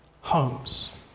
homes